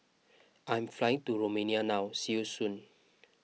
I'm flying to Romania now see you soon